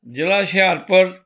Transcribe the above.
ਜ਼ਿਲ੍ਹਾ ਹੁਸ਼ਿਆਰਪੁਰ